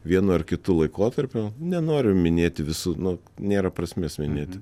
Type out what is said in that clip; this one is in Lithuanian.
vienu ar kitu laikotarpiu nenoriu minėti visų nu nėra prasmės minėti